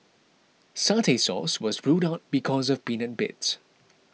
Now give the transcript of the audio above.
satay sauce was ruled out because of peanut bits